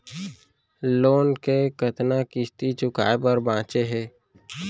Loan के कतना किस्ती चुकाए बर बांचे हे?